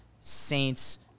Saints